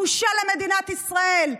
בושה למדינת ישראל.